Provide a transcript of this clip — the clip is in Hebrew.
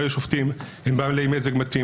אילו שופטים הם בעלי מזג מתאים,